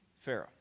Pharaoh